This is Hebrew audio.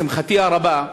לשמחתי הרבה,